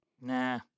nah